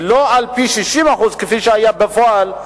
ולא על 60% כפי שהיה בפועל,